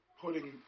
putting